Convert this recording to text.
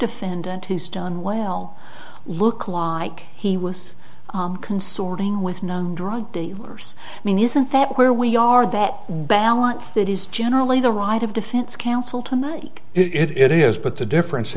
defendant who's done well look like he was consorting with known drug dealers i mean isn't that where we are that balance that is generally the right of defense counsel to mike it is but the difference